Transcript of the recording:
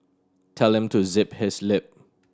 tell him to zip his lip